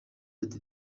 ati